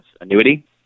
annuity